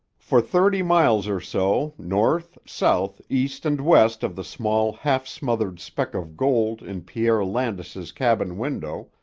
for thirty miles or so, north, south, east, and west of the small, half-smothered speck of gold in pierre landis's cabin window,